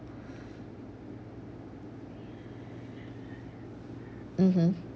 mmhmm